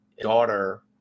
daughter